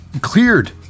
cleared